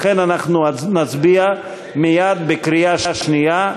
לכן אנחנו נצביע מייד בקריאה שנייה.